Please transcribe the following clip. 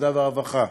העבודה והרווחה